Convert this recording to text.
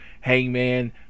Hangman